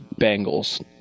Bengals